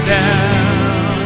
down